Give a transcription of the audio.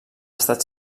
estat